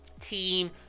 team